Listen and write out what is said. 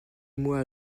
mois